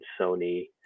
Sony